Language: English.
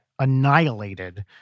annihilated